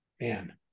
man